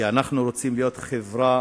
כי אנחנו רוצים להיות חברה